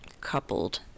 coupled